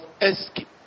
escape